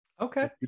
okay